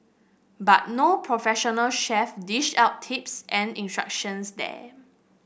but no professional chef dish out tips and instructions there